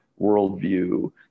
worldview